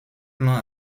plan